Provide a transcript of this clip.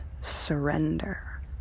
surrender